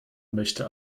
möchte